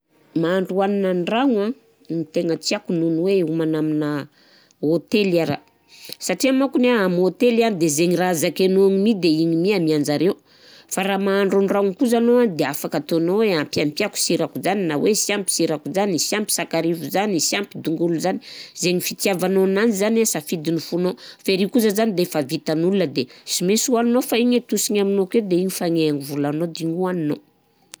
Mahandro hanina an-dragno an ny tegna tiako noho ny hoe homana amina hotely ara, satria mankony an, amin'ny hotely an de zaigny raha zakainao amin'i de igny mi amenjareo fa raha mahandro an-dragno kosa aloha an de afaka ataonao ein ampiampiako sirako zany na hoe sy ampy sirako zany, sy ampy sakarivo zany, sy ampy tongolo zany, zaigny fitiavanao ananzy zany an safidin'ny fonao f'ery kosa zany defa vitan'ol de sy mainsy hoaninao fa igny atosony aminao ake de igny efana amin'ny volanao de igny oaninao.